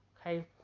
okay